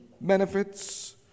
benefits